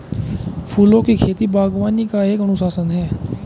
फूलों की खेती, बागवानी का एक अनुशासन है